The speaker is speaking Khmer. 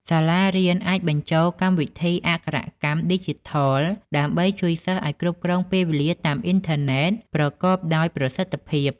សាលារៀនអាចបញ្ចូលកម្មវិធីអក្ខរកម្មឌីជីថល ដើម្បីជួយសិស្សឱ្យគ្រប់គ្រងពេលវេលាតាមអ៊ីនធឺណិតប្រកបដោយប្រសិទ្ធភាព។